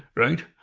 right,